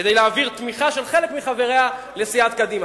כדי להעביר תמיכה של חלק מחבריה לסיעת קדימה.